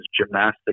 gymnastic